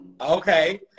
Okay